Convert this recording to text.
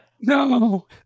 no